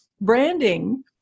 Branding